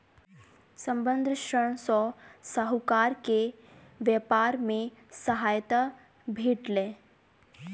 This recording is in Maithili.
संबंद्ध ऋण सॅ साहूकार के व्यापार मे सहायता भेटलैन